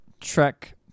trek